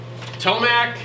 Tomac